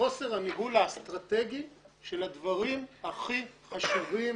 מחוסר הניהול האסטרטגי של הדברים הכי חשובים